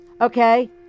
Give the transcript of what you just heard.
okay